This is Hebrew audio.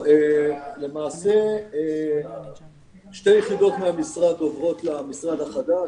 למעשה שתי יחידות מהמשרד עוברות למשרד החדש,